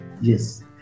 Yes